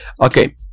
okay